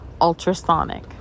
ultrasonic